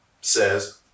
says